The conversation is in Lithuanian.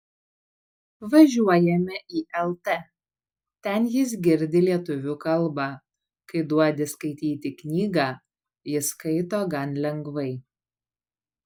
važiuojame į lt ten jis girdi lietuvių kalbą kai duodi skaityti knygą jis skaito gan lengvai